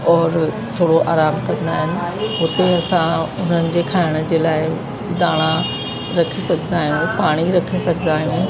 और थोरो आराम कंदा आहिनि हुते असां हुननि जे खाइण जे लाइ धाणा रखी सघंदा आहियूं पाणी रखी सघंदा आहियूं